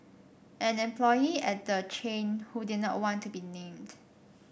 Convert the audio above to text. an employee at the chain who did not want to be named